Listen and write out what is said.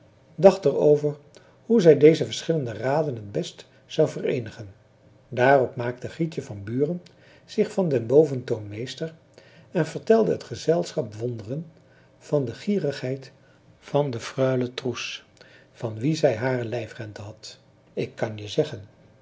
dacht er over hoe zij deze verschillende raden het best zou vereenigen daarop maakte grietje van buren zich van den boventoon meester en vertelde het gezelschap wonderen van de gierigheid van de freule troes van wie zij hare lijfrente had ik kan je zeggen